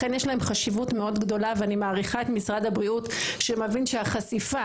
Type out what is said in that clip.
לכן יש להם חשיבות מאוד גדולה ואני מעריכה את משרד הבריאות שמבין שהחשיפה